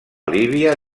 líbia